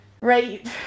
right